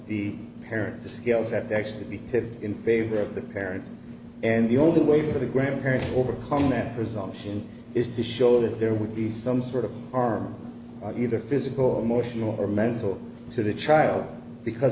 the parent skills that actually be in favor of the parent and the only way for the grandparents overcome that presumption is to show that there would be some sort of are either physical or emotional or mental to the child because